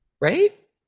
right